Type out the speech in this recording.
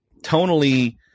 tonally